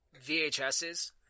VHSs